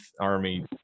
Army